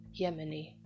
Yemeni